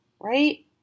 Right